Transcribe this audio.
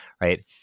right